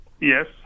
Yes